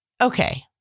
okay